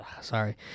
sorry